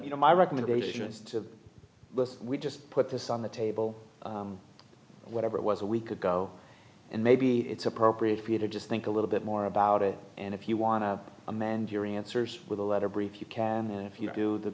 you know my recommendation is to look we just put this on the table whatever it was a week ago and maybe it's appropriate for you to just think a little bit more about it and if you want to amend your answers with a letter brief you can and if you do the